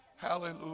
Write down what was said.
Hallelujah